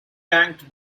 ranked